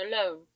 alone